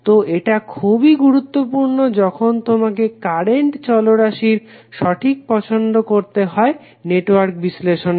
তো এটা খুবই গুরুত্বপূর্ণ যখন তোমাকে কারেন্ট চলরাশির সঠিক পছন্দ করতে হয় নেটওয়ার্ক বিশ্লেষণের জন্য